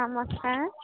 ନମସ୍କାର